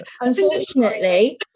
unfortunately